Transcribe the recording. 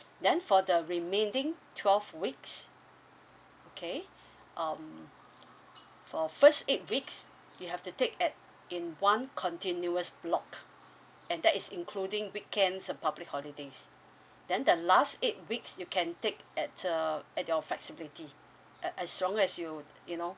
then for the remaining twelve weeks okay um for first eight weeks you have to take it in one continuous block and that is including weekends and public holidays then the last eight weeks you can take at uh at your flexibility uh as long as you you know